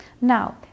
Now